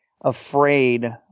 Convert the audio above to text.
afraid